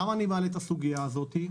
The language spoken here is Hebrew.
למה אני מעלה את הסוגיה הזאת?